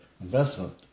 investment